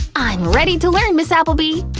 i'm ready to learn, ms. applebee!